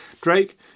Drake